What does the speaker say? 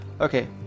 okay